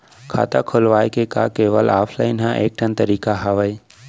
खाता खोलवाय के का केवल ऑफलाइन हर ऐकेठन तरीका हवय?